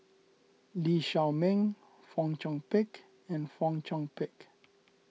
Lee Shao Meng Fong Chong Pik and Fong Chong Pik